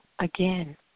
Again